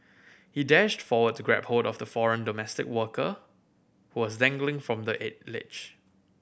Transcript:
he dashed forward to grab hold of the foreign domestic worker who was dangling from the ledge